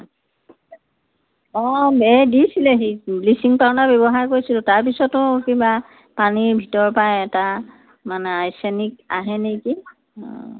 অঁ বেৰ দিছিলেহি ব্লিছিংপাউদাৰ ব্যৱহাৰ কৰিছিলোঁ তাৰ পিছতো কিবা পানী ভিতৰৰপৰা এটা মানে আৰ্চেনিক আহে নেকি অঁ